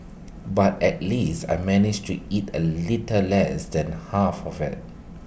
but at least I managed to eat A little less than half of IT